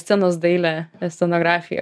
scenos dailia scenografija